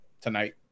tonight